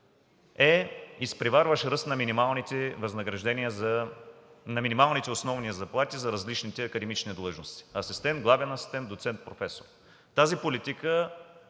е изпреварващ ръст на минималните основни заплати за различните академични длъжности – асистент, главен асистент, доцент, професор. Тази политика